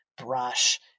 brush